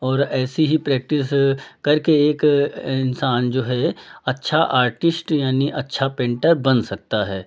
और ऐसी ही प्रैक्टिस करके एक इंसान जो है अच्छा आर्टिस्ट यानी अच्छा पेन्टर बन सकता है